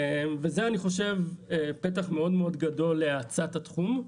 וזה, אני חושב, פתח מאוד גדול להאצת התחום.